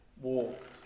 walk